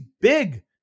big